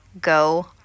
go